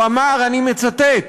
הוא אמר, אני מצטט: